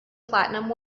platinum